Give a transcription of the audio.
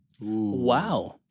Wow